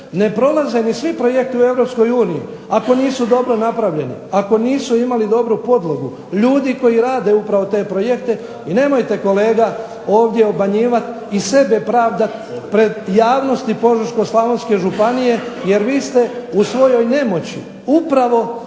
ne prolaze svi projekti u EU ako nisu dobro napravljeni, ako nisu imali dobru podlogu ljudi koji upravo rade te projekte. I nemojte kolege ovdje obmanjivati i sebe pravdati pred javnosti Požeško-slavonske županije jer vi ste u svojoj nemoći upravo